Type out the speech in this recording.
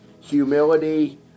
humility